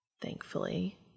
Thankfully